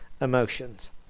emotions